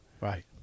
Right